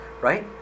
right